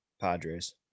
Padres